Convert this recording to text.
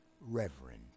reverend